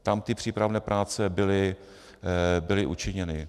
Tam ty přípravné práce byly učiněny.